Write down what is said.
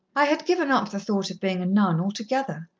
i had given up the thought of being a nun altogether.